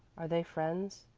are they friends,